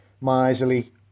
miserly